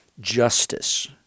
justice